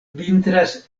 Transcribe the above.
vintras